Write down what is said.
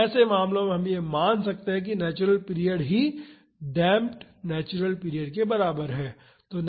तो ऐसे मामलों में हम यह मान सकते हैं कि नेचुरल पीरियड ही डेम्प्ड नेचुरल पीरियड के बराबर है